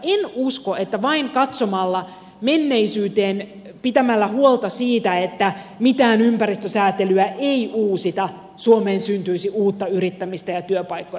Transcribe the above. en usko että vain katsomalla menneisyyteen pitämällä huolta siitä että mitään ympäristösäätelyä ei uusita suomeen syntyisi uutta yrittämistä ja työpaikkoja